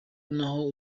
naho